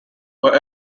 were